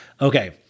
Okay